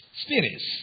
spirits